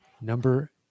Number